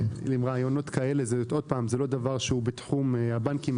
זה לא דבר שהוא בתחום הבנקים.